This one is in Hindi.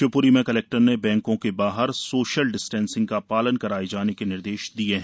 शिवपुरी में कलेक्टर ने बैंकों के बाहर सोशल डिस्टेंसिंग का पालन कराए जाने के निर्देष दिए हैं